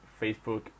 Facebook